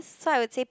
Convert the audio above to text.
so I would say